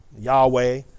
Yahweh